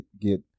get